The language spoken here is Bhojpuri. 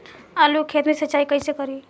आलू के खेत मे सिचाई कइसे करीं?